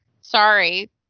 Sorry